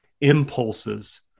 impulses